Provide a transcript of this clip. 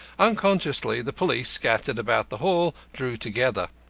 unconsciously the police, scattered about the hall, drew together.